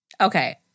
Okay